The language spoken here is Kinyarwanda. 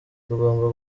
tugomba